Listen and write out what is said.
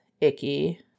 icky